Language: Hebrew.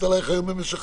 קצת